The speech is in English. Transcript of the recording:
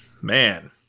man